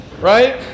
right